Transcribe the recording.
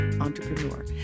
entrepreneur